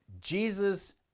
Jesus